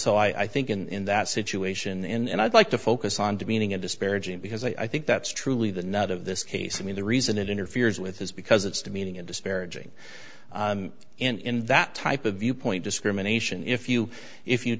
so i think in that situation and i'd like to focus on demeaning a disparaging because i think that's truly the nut of this case i mean the reason it interferes with is because it's demeaning and disparaging in that type of viewpoint discrimination if you if you